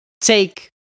take